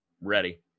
ready